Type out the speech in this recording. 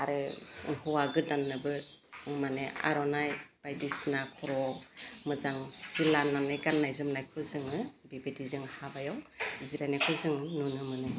आरो हौवा गोदाननोबो माने आर'नाइ बायदिसिना खर'वाव मोजां सि लानानै गान्नाय जोमनायखौ जोङो बिबायदि जों हाबायाव जिरायनायखौ जों नुनो मोनो